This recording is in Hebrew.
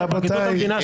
רבותיי.